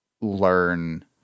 learn